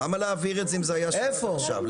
למה להעביר את זה, אם זה שם עד עכשיו.